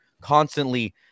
constantly